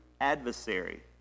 adversary